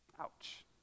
Ouch